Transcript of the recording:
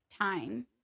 time